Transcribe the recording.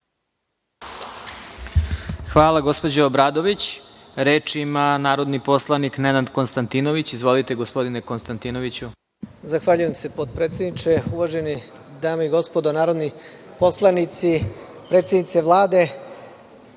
Hvala, gospođo Obradović. Reč ima narodni poslanik Nenad Konstantinović. **Nenad Konstantinović** Zahvaljujem se, potpredsedniče. Uvažene dame i gospodo narodni poslanici, predsednice Vlade,